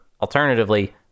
alternatively